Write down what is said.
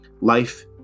Life